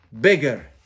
Bigger